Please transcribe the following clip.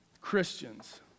Christians